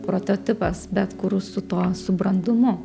prototipas bet kur su tuo su brandumu